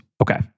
Okay